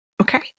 okay